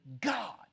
god